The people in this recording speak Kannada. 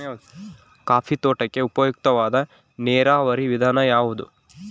ಕಾಫಿ ತೋಟಕ್ಕೆ ಉಪಯುಕ್ತವಾದ ನೇರಾವರಿ ವಿಧಾನ ಯಾವುದು?